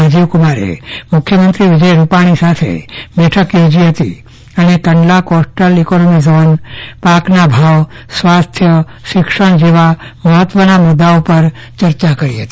રાજીવ કુમારે મુખ્યમંત્રી વિજય રૂપાણીસાથે બેઠક યોજી હતી અને કંડલા કોસ્ટલ ઈકોનોમી ઝોન પાકના ભાવ સ્વાસ્થ્ય શિક્ષણ જેવા મહત્વના મુદ્દાઓ પર ચર્ચાઓકરી હતી